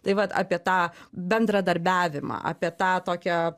tai vat apie tą bendradarbiavimą apie tą tokią